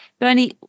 Bernie